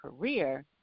career